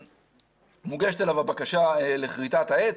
מוגשת אליו הבקשה לכריתת העץ.